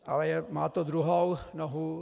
Ale má to druhou nohu.